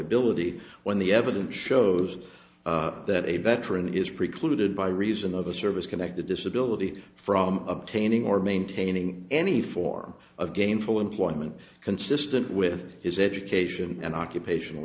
ability when the evidence shows that a veteran is precluded by reason of a service connected disability from obtaining or maintaining any form of gainful employment consistent with his education and occupational